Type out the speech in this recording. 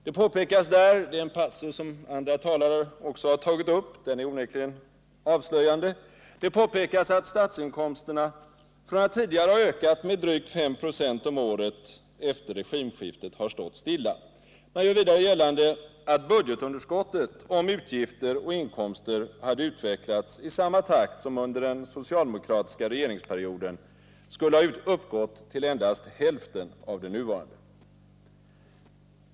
Det påpekas i en passus som andra talare har berört och som onekligen är avslöjande att statsinkomsterna, från att tidigare ha ökat med drygt 5 70 om året, efter regimskiftet har stått stilla. Man gör vidare gällande att budgetunderskottet, om utgifter och inkomster hade utvecklats i samma takt som under den socialdemokratiska regeringsperioden, skulle ha uppgått till endast hälften av det nuvarande.